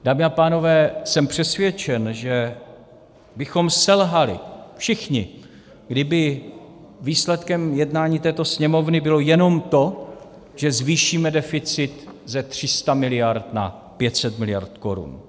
Dámy a pánové, jsem přesvědčen, že bychom selhali všichni, kdyby výsledkem jednání této Sněmovny bylo jenom to, že zvýšíme deficit ze 300 miliard na 500 miliard korun.